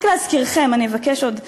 רק להזכירכם, אני אבקש עוד דקה,